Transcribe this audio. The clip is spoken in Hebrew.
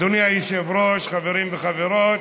אדוני היושב-ראש, חברים וחברות,